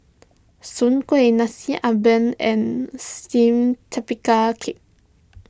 Soon Kway Nasi Ambeng and Steamed Tapioca Cake